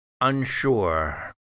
unsure